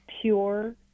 pure